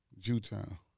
Jewtown